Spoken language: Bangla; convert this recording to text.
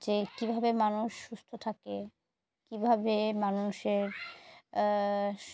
যে কীভাবে মানুষ সুস্থ থাকে কীভাবে মানুষের